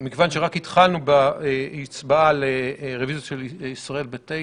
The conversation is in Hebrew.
מכיוון שרק התחלנו בהצבעה על הרביזיות של ישראל ביתנו,